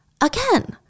Again